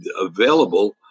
available